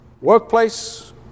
workplace